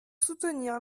soutenir